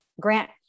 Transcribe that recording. Grant